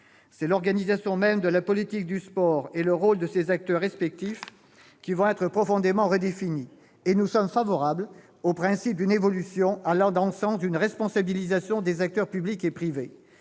Ce sont l'organisation même de la politique du sport et le rôle de ses acteurs respectifs qui vont être profondément redéfinis. Et nous sommes favorables au principe d'une évolution, allant dans le sens d'une responsabilisation des acteurs publics et privés.